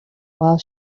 while